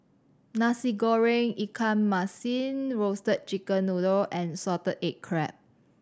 Nasi Goreng ikan masin Roasted Chicken Noodle and salted egg crab